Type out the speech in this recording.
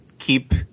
Keep